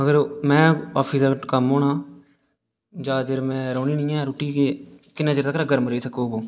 अगर मैं आफिस दा कम्म होना ज्यादा चिर मैं रौह्नी नी ऐ रुट्टी कि किन्ने चिर तक गर्म रेही सकग ओह्